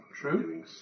True